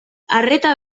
arreta